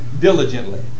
diligently